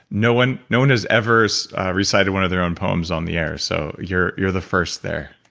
no one no one has ever so recited one of their own poems on the air, so you're you're the first there.